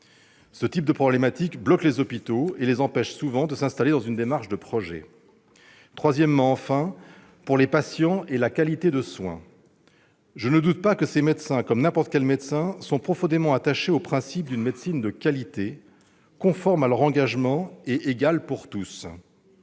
Ce type de problématique bloque les hôpitaux et les empêche souvent de s'installer dans une démarche de projet. Troisièmement, enfin, cette réflexion est nécessaire pour les patients et la qualité des soins. Je ne doute pas que ces médecins, comme n'importe quel médecin, sont profondément attachés au principe d'une médecine de qualité, conforme à leur engagement et égale pour tous.